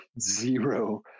zero